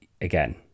again